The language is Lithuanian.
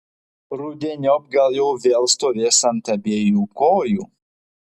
rudeniop gal jau vėl stovės ant abiejų kojų